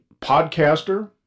podcaster